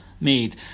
made